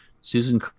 Susan